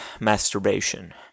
masturbation